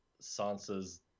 Sansa's